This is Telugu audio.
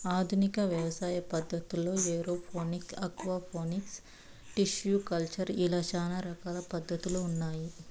ఆధునిక వ్యవసాయ పద్ధతుల్లో ఏరోఫోనిక్స్, ఆక్వాపోనిక్స్, టిష్యు కల్చర్ ఇలా చానా రకాల పద్ధతులు ఉన్నాయి